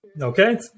Okay